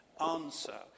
answer